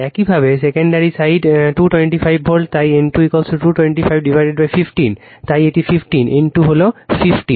একইভাবে secondary side 2 25 volt তাই N2 22515 তাই এটি 15 N2 হল 15